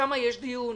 שם יש דיון.